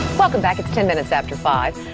welcome back it's ten minutes after five.